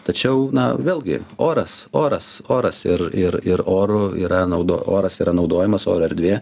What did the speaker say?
tačiau na vėlgi oras oras oras ir ir ir oru yra naudo oras yra naudojamas oro erdvė